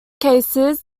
cases